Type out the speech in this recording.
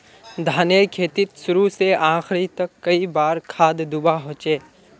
धानेर खेतीत शुरू से आखरी तक कई बार खाद दुबा होचए?